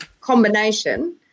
combination